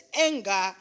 anger